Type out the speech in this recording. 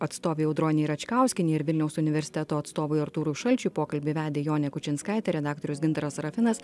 atstovei audronei račkauskienei ir vilniaus universiteto atstovui artūrui šalčiui pokalbį vedė jonė kučinskaitė redaktorius gintaras sarafinas